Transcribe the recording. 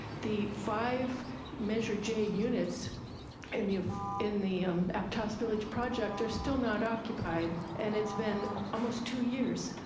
the five measure j units in the ah in the aptos village project are still not occupied, and it's been almost two years.